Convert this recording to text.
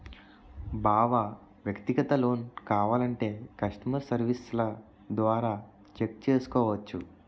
బావా వ్యక్తిగత లోన్ కావాలంటే కష్టమర్ సెర్వీస్ల ద్వారా చెక్ చేసుకోవచ్చు